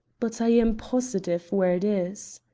but i am positive where it is.